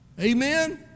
Amen